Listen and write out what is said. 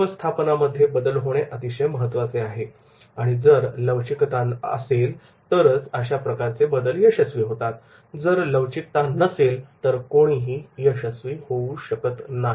व्यवस्थापनामध्ये बदल होणे अतिशय महत्त्वाचे आहे आणि जर लवचिकता असेल तरच अशाप्रकारचे बदल यशस्वी होतात जर लवचिकता नसेल तर कोणीही यशस्वी होऊ शकत नाही